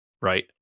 right